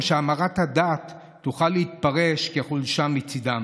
שהמרת הדת תוכל להתפרש כחולשה מצידם.